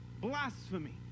blasphemy